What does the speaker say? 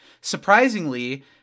surprisingly